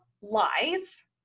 lies